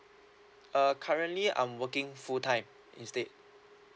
uh currently I'm working full time instead